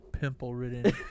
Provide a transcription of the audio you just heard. pimple-ridden